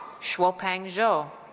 shuopeng zhou.